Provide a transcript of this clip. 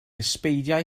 ysbeidiau